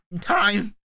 time